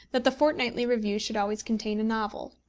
that the fortnightly review should always contain a novel.